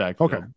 Okay